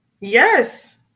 Yes